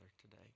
today